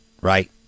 right